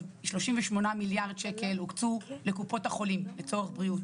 38 מיליארד שקל הוקצו לקופות החולים לצורך בריאות,